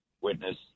witness